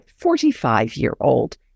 45-year-old